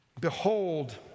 behold